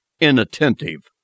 inattentive